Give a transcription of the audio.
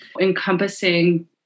encompassing